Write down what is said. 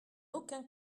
aucun